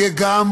יהיה גם